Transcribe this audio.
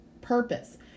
purpose